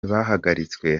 bahagaritswe